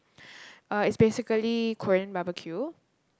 uh it's basically Korean barbeque